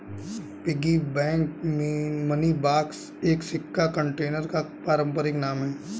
piggy bank money box एक सिक्का container का पारंपरिक नाम है